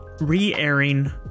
re-airing